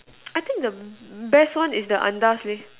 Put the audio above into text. I think the best one is the andaz leh